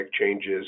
changes